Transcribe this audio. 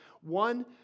one